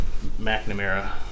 McNamara